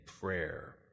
prayer